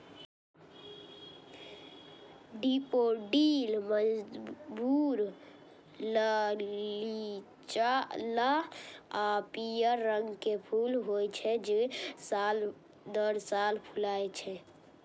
daffodil मजबूत, लचीला आ पीयर रंग के फूल होइ छै, जे साल दर साल फुलाय छै